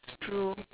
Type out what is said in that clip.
true